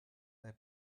their